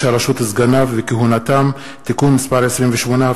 הרשות וסגניו וכהונתם) (תיקון מס' 28),